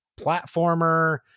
platformer